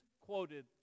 quoted